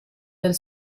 del